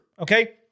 okay